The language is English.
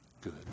good